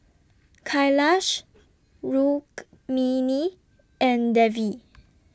Kailash Rukmini and Devi